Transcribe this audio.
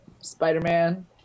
Spider-Man